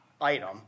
item